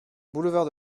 boulevard